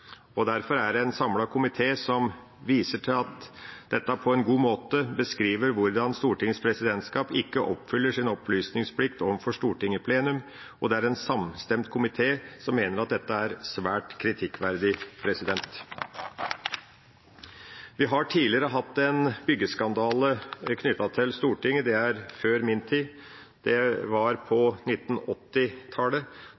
bredde. Derfor er det en samlet komité som viser til at dette på en god måte beskriver hvordan Stortingets presidentskap ikke oppfyller sin opplysningsplikt overfor Stortinget i plenum, og det er en samstemt komité som mener at dette er svært kritikkverdig. Vi har tidligere hatt en byggeskandale knyttet til Stortinget. Det var før min tid, på 1980-tallet, da det var